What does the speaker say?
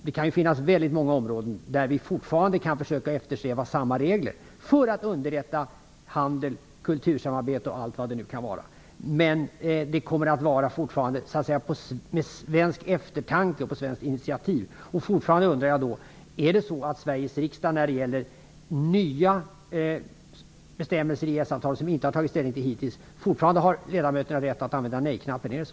Det finns många områden där vi fortfarande kan försöka att eftersträva samma regler för att underlätta handel, kultursamarbete och allt vad det nu kan vara. Men det kommer då att ske på svenskt initiativ. Jag undrar dock: Är det så att Sveriges riksdagsledamöter när det gäller nya bestämmelser i EES-avtalet, som vi hittills inte har tagit ställning till, fortfarande har rätt att använda nej-knappen?